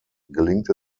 gelingt